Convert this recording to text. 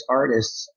artists